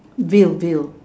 veil veil